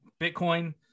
Bitcoin